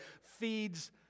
feeds